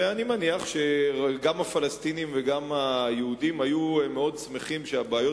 ואני מניח שגם הפלסטינים וגם היהודים היו מאוד שמחים שהבעיות